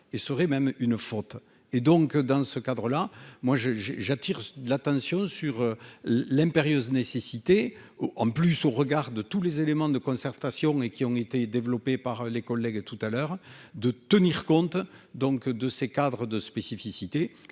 et serait même une faute, et donc dans ce cadre-là, moi j'ai j'ai j'attire l'attention sur l'impérieuse nécessité en plus au regard de tous les éléments de concertation et qui ont été développés par les collègues et tout à l'heure de tenir compte, donc de ces cadres de spécificité,